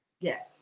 Yes